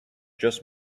just